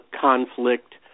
conflict